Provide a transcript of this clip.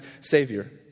savior